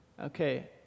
okay